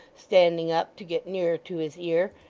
standing up to get nearer to his ear,